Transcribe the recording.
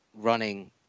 running